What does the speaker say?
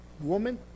woman